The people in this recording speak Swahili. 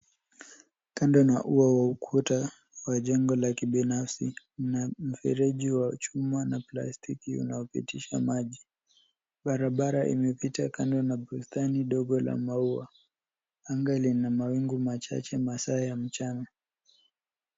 Kando na ua wa ukuta wa jengo la kibinafsi, kuna mfereji wa chuma na plastiki unaopitisha maji. Barabara imepita kando na bustani ndogo la maua. Anga lina mawingu machache masaa ya mchana.